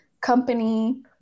company